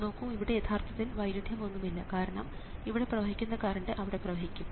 നോക്കൂ ഇവിടെ യഥാർത്ഥത്തിൽ വൈരുദ്ധ്യമൊന്നുമില്ല കാരണം ഇവിടെ പ്രവഹിക്കുന്ന കറണ്ട് അവിടെ പ്രവഹിക്കും